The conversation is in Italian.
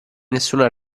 nessuna